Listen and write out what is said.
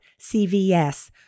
CVS